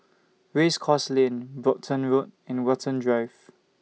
Race Course Lane Brompton Road and Watten Drive